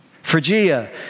Phrygia